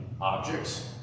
objects